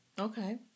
Okay